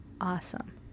awesome